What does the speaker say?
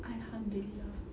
alhamdulillah